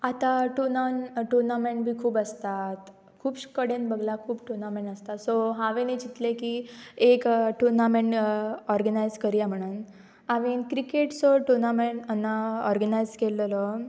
आतां टुनान टुर्नामेंट बी खूब आसतात खूब कडेन बगला खूब टुर्नामेंट आसता सो हांवें चितलें की एक टुर्नामेंट ऑर्गनायज करुया म्हणून हांवें क्रिकेटचो टुर्नामेंट ऑर्गनायज केल्लेलो